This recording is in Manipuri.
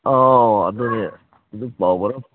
ꯑꯥꯎ ꯑꯗꯨꯅꯤ